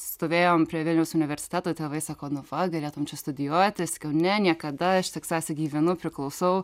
stovėjom prie vilniaus universiteto tėvai sako nu va galėtum čia studijuoti sakiau ne niekada aš teksase gyvenu priklausau